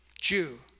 Jew